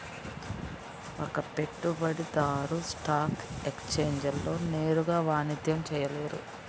ఒక పెట్టుబడిదారు స్టాక్ ఎక్స్ఛేంజ్లలో నేరుగా వాణిజ్యం చేయలేరు